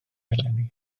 eleni